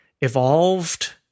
evolved